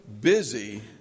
busy